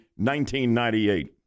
1998